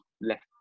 left